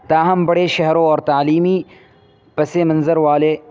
تاہم بڑے شہروں اور تعلیمی پس منظر والے